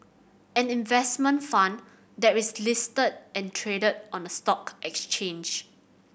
an investment fund that is listed and traded on a stock exchange